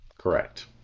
Correct